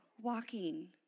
walking